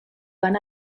van